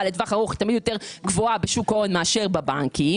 לטווח ארוך תמיד יותר גבוהה בשוק הון מאשר בבנקים,